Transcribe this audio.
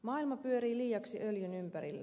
maailma pyörii liiaksi öljyn ympärillä